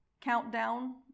countdown